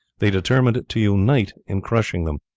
they determined to unite in crushing them.